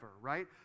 right